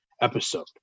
episode